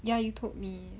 ya you told me